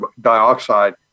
dioxide